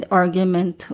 argument